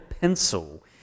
pencil